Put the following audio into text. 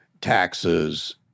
taxes